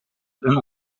een